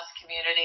community